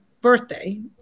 birthday